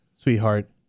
sweetheart